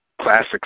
Classic